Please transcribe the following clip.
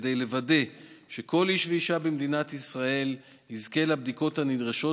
כדי לוודא שכל איש ואישה במדינת ישראל יזכה לבדיקות הנדרשות,